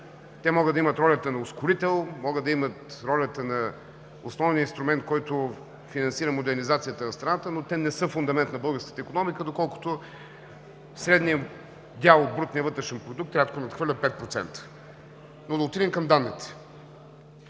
Те могат да имат ролята на ускорител, могат да имат ролята на основния инструмент, който финансира модернизацията на страната, но те не са фундамент на българската икономика, доколкото средният дял от брутния вътрешен продукт рядко надхвърля 5%. Но да отидем към данните.